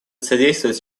содействовать